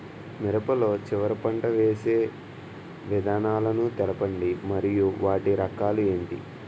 మిరప లో చివర పంట వేసి విధానాలను తెలపండి మరియు వాటి రకాలు ఏంటి